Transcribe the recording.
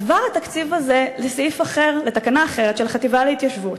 עבר התקציב הזה לתקנה אחרת של החטיבה להתיישבות.